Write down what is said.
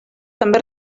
també